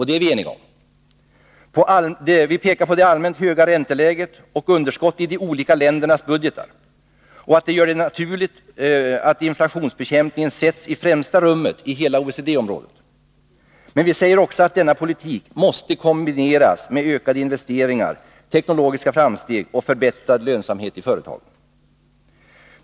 Det allmänt höga ränteläget och underskott i de olika ländernas budgetar gör det naturligt att inflationsbekämpningen sätts i främsta rummet inom hela OECD-området. Men vi säger också att denna politik måste kombineras med ökade investeringar, teknologiska framsteg och förbättrad lönsamhet i företagen.